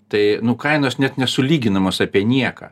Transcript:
tai nu kainos net nesulyginamos apie nieką